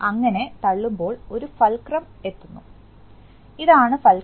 അങ്ങനെ തള്ളുമ്പോൾ ഒരു ഫൾക്രംഎത്തുന്നു ഇതാണ്ഫൾക്രം